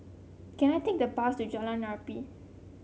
can I take the bus to Jalan Arnap